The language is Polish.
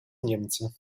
niemcy